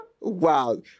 Wow